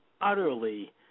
utterly